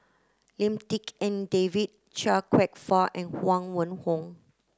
Lim Tik En David Chia Kwek Fah and Huang Wenhong